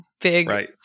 big